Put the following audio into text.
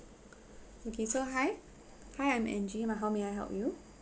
okay so hi hi I'm angie how may I help you